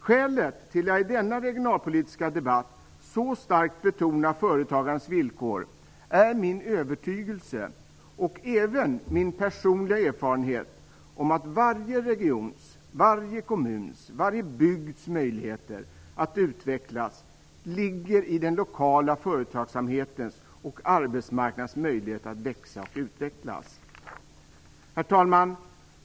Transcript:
Skälet till att jag i denna regionalpolitiska debatt så starkt betonar företagarens villkor är min övertygelse om och även min personliga erfarenhet av att varje regions, varje kommuns och varje bygds möjligheter att utvecklas ligger i den lokala företagsamhetens och arbetsmarknadens möjlighet att växa och utvecklas. Herr talman!